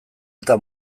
eta